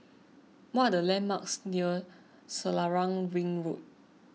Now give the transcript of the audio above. what are the landmarks near Selarang Ring Road